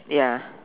ya